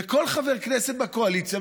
וכל חבר כנסת בקואליציה,